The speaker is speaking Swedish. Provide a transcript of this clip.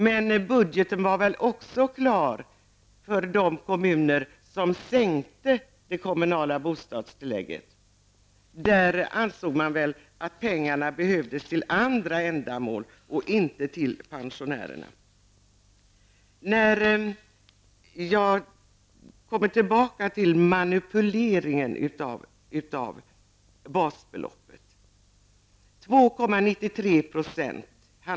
Men budgetarna var väl klara också för de kommuner som minskade det kommunala bostadstillägget. Där ansåg man väl att pengarna behövdes för andra ändamål, alltså inte för pensionärerna. Jag återkommer till detta med manipuleringen av basbeloppet. Det handlar om 2,93 %.